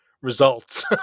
results